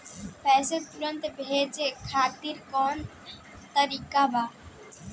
पैसे तुरंत भेजे खातिर कौन तरीका बा?